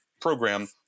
program